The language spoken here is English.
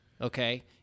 Okay